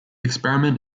experiment